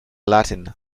latin